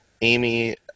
Amy